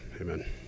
Amen